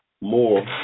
more